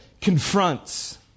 confronts